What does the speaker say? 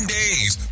days